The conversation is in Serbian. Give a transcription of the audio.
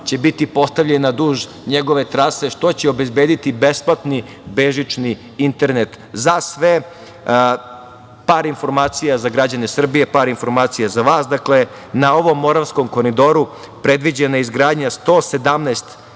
će biti postavljena duž njegove trase, što će obezbediti besplatni bežični internet za sve. Par informacija za građane Srbije, par informacija za vas. Na ovom Moravskom koridoru predviđena je izgradnja 117